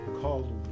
called